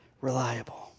reliable